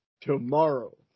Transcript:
Tomorrow